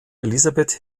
elizabeth